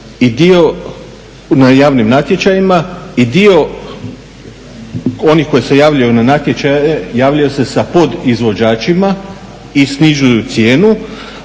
cijena na javnim natječajima i dio onih koji se javljaju na natječaje javljaju se sa podizvođačima i snižavaju cijenu,